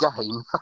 game